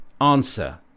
Answer